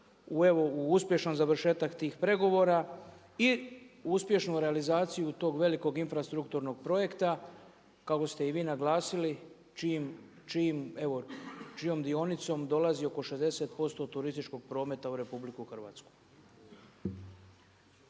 u uspješan završetak tih pregovora i u uspješnu realizaciju tog velikog infrastrukturnog projekta, kako ste i vi naglasili čijom dionicom dolazi oko 60% turističkog prometa u RH.